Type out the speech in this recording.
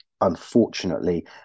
unfortunately